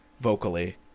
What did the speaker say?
vocally